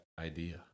idea